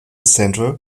center